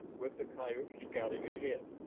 with the coyotes scouting ahead.